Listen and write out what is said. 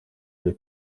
ari